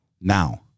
Now